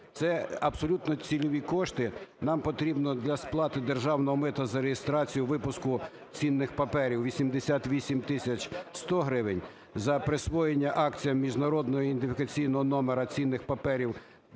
це абсолютно цільові кошти. Нам потрібно для сплати державного мита за реєстрацію випуску цінних паперів – 88 тисяч 100 гривень; за присвоєння акціям міжнародного ідентифікаційного номера цінних паперів